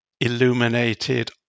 illuminated